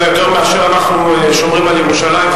יותר מאשר אנחנו שומרים על ירושלים,